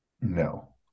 No